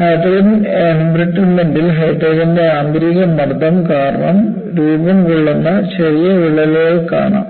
hydrogen എംബ്രിറ്റ്മെന്റ്ലിൽ ഹൈഡ്രജന്റെ ആന്തരിക മർദ്ദം കാരണം രൂപം കൊള്ളുന്ന ചെറിയ വിള്ളലുകൾ കാണാം